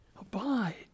abide